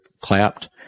clapped